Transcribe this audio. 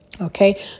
okay